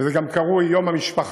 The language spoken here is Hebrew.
וזה גם קרוי "יום המשפחה":